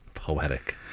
poetic